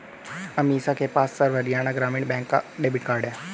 अमीषा के पास सर्व हरियाणा ग्रामीण बैंक का डेबिट कार्ड है